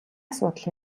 асуудал